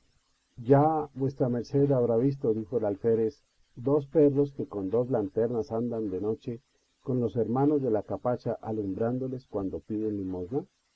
ya vuesa merced habrá visto dijo el alférez dos perros que con dos lanternas andan de noche con los hermanos de la capacha alumbraacut e ndoles cuando piden limosna